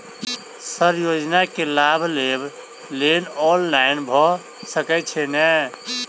Sir योजना केँ लाभ लेबऽ लेल ऑनलाइन भऽ सकै छै नै?